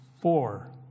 four